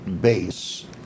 base